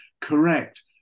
correct